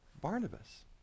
Barnabas